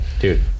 dude